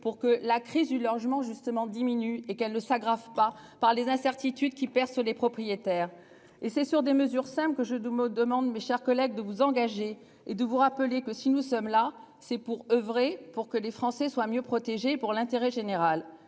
pour que la crise du logement justement diminue et qu'elle ne s'aggrave pas par les incertitudes qui pèsent sur les propriétaires et c'est sur des mesures simples que jeu de mot demande mes chers collègues, de vous engager et de vous rappeler que si nous sommes là c'est pour oeuvrer pour que les Français soient mieux protégés pour l'intérêt général